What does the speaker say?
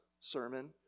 sermon